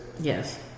Yes